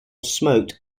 smoked